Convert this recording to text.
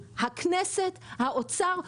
הכנסת ומשרד האוצר,